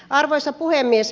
arvoisa puhemies